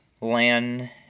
Lan